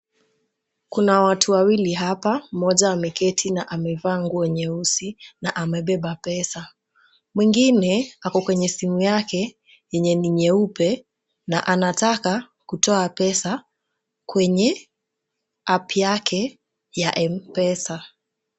Kuna watu wawili hapa. Mmoja ameketi na amevaa nguo nyeusi na amebeba pesa. Mwingine ako kwenye simu yake yenye ni nyeupe na anataka kutoa pesa kwenye app yake ya M-pesa.